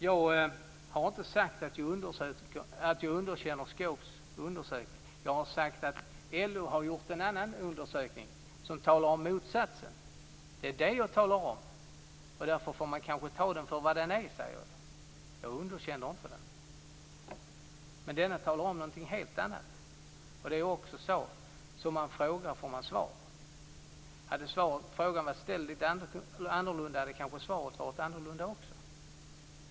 Jag har inte sagt att jag underkänner Skops undersökning, utan jag har sagt att LO har gjort en annan undersökning som talar om motsatsen. Därför får man kanske ta den för vad den är. Jag underkänner den inte, men LO:s undersökning talar om något helt annat. Det är också så att som man frågar får man också svar. Man får inte förglömma att om frågan hade varit lite annorlunda ställd, hade kanske också svaret varit annorlunda.